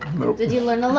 did you learn a lot?